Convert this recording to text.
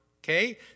Okay